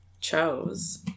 chose